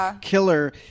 killer